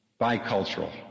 bicultural